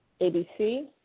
ABC